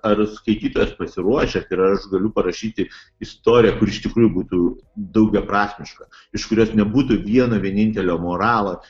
ar skaitytojas pasiruošę ir ar aš galiu parašyti istoriją kuri iš tikrųjų būtų daugiaprasmiška iš kurios nebūtų vieno vienintelio moralo